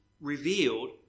revealed